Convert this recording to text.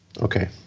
Okay